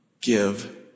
give